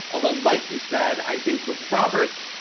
although, like you said, i think with roberts,